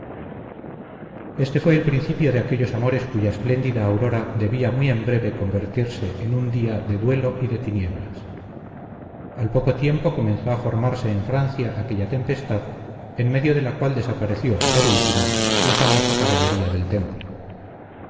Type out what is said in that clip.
este fue el principio de aquellos amores cuya espléndida aurora debía muy en breve convertirse en un día de duelo y de tinieblas al poco tiempo comenzó a formarse en francia aquella tempestad en medio de la cual desapareció por último la famosa caballería del temple